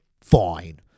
fine